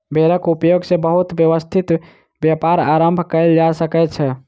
भेड़क उपयोग सॅ बहुत व्यवस्थित व्यापार आरम्भ कयल जा सकै छै